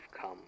come